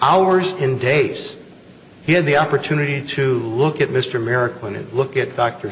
hours and days he had the opportunity to look at mr merrick when it look at doctor